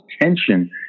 tension